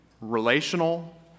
relational